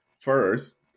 first